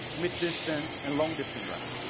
mid distance and long distance runs.